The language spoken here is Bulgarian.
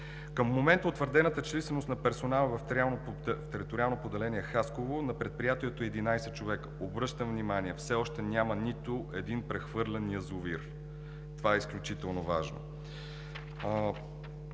Към момента утвърдената численост на персонала в Териториално поделение – Хасково на предприятието е 11 човека. Обръщам внимание, че все още няма нито един прехвърлен язовир. Това е изключително важно!